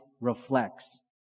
reflects